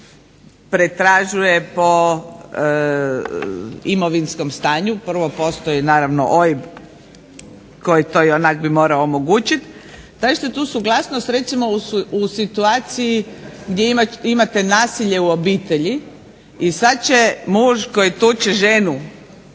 pretražuje po imovinskom stanju. Prvo postoji naravno OIB koji bi to naravno morao omogućiti. Tražite tu suglasnost recimo u situaciji gdje imate nasilje u obitelji i sada će muž koji tuče ženu